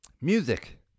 Music